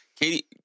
katie